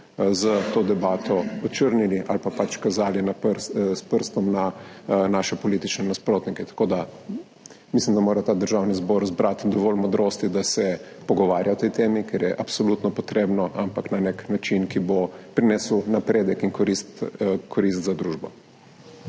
s to debato očrnili ali pa pač kazali s prstom na naše politične nasprotnike. Mislim, da mora Državni zbor zbrati dovolj modrosti, da se pogovarja o tej temi, ker je absolutno potrebno, ampak na nek način, ki bo prinesel napredek in korist za družbo.